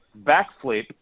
backflip